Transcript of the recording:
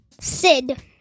Sid